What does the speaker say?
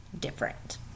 different